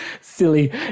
silly